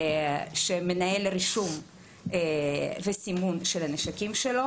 שמנהל רישום וסימון של הנשקים שלו.